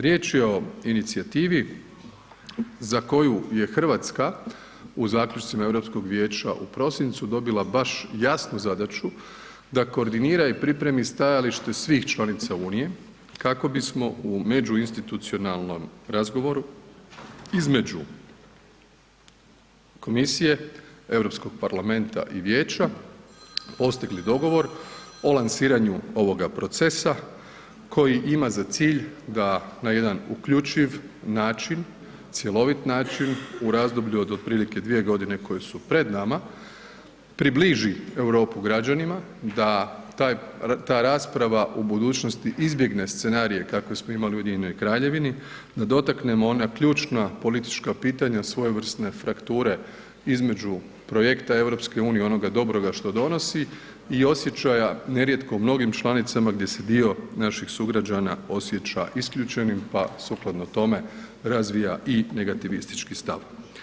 Riječ je o inicijativi za koju je RH u zaključcima Europskog Vijeća u prosincu dobila baš jasnu zadaću da koordinira i pripremi stajalište svih članica Unije kako bismo u međuinstitucionalnom razgovoru između komisije Europskog parlamenta i Vijeća postigli dogovor o lansiranju ovoga procesa koji ima za cilj da na jedan uključiv način, cjelovit način u razdoblju od otprilike 2.g. koje su pred nama, približi Europu građanima, da ta rasprava u budućnosti izbjegne scenarije kakve smo imali u Ujedinjenoj Kraljevini, da dotaknemo ona ključna politička pitanja svojevrsne frakture između projekta EU, onoga dobroga što donosi i osjećaja nerijetko mnogim članicama gdje se dio naših sugrađana osjeća isključenim, pa sukladno tome razvija i negativistički stav.